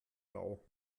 lau